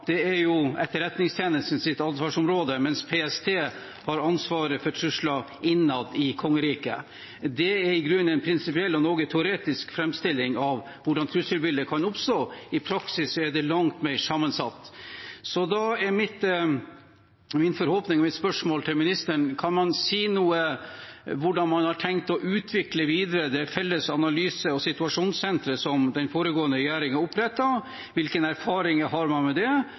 er jo Etterretningstjenestens ansvarsområde, mens PST har ansvaret for trusler innad i kongeriket. Det er i grunnen en prinsipiell og noe teoretisk framstilling av hvordan trusselbilder kan oppstå. I praksis er det langt mer sammensatt. Da er min forhåpning og mitt spørsmål til ministeren: Kan man si noe om hvordan man har tenkt å videreutvikle det felles analyse- og etterretningssenteret som den foregående regjeringen opprettet? Hvilke erfaringer har man med det,